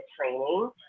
training